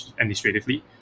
administratively